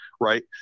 right